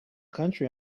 country